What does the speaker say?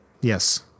Yes